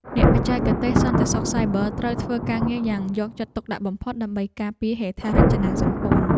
អ្នកបច្ចេកទេសសន្តិសុខសាយប័រត្រូវធ្វើការងារយ៉ាងយកចិត្តទុកដាក់បំផុតដើម្បីការពារហេដ្ឋារចនាសម្ព័ន្ធ។